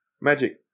magic